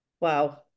Wow